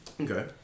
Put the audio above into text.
Okay